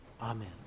Amen